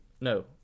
No